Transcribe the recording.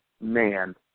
man